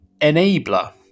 enabler